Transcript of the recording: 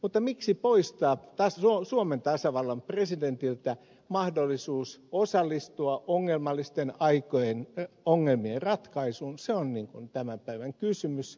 mutta miksi poistaa suomen tasavallan presidentiltä mahdollisuus osallistua ongelmallisten aikojen ongelmien ratkaisuun se on tämän päivän kysymys